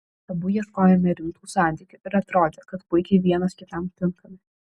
abu ieškojome rimtų santykių ir atrodė kad puikiai vienas kitam tinkame